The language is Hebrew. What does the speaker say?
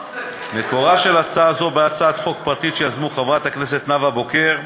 מקורה של הצעה זו בהצעת חוק פרטית שיזמנו חברי הכנסת נאוה בוקר,